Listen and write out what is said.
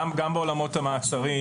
גם בעולמות המעצרים,